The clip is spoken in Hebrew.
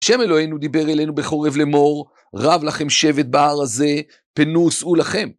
שם אלוהינו דיבר אלינו בחורב לאמור, רב לכם שבת בהר הזה, פנו וסעו לכם.